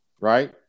right